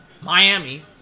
Miami